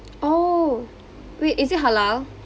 oh wait is it halal